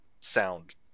sound